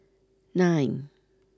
nine